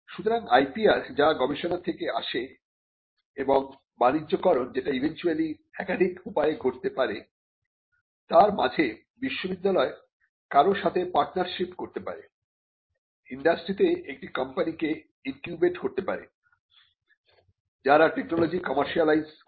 সুতরাং IPR যা গবেষণা থেকে আসে এবং বাণিজ্যকরণ যেটা ইভেন্চুয়ালি একাধিক উপায়ে ঘটতে পারে তার মাঝে বিশ্ববিদ্যালয়ে কারো সাথে পার্টনারশিপ করতে পারে ইন্ডাস্ট্রিতে একটি কোম্পানিকে ইনকিউবেট করতে পারে যারা টেকনোলজি কমার্শিয়ালাইজ করে